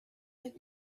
had